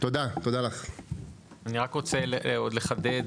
אני רק רוצה לחדד,